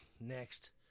Next